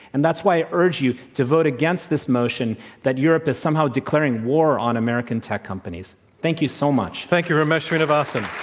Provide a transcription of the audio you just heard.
and that's why i urge you to vote against this motion that europe is somehow declaring war on american tech companies. thank you so much. thank you. ramesh srinivasan.